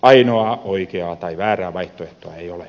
ainoaa oikeaa tai väärää vaihtoehtoa ei ole